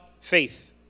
faith